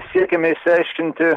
siekiame išsiaiškinti